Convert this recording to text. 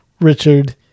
Richard